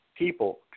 People